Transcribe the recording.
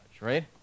right